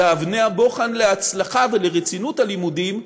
ואבני הבוחן להצלחה ולרצינות הלימודים,